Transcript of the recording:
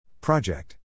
Project